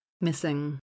Missing